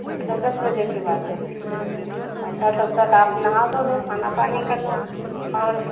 अच्छा दस बजे के बाद में अच्छा तब तक आप नहा धो लो खाना पानी कर लो और